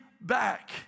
back